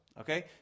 Okay